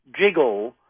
jiggle